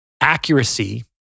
accuracy